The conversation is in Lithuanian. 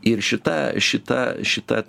ir šita šita šita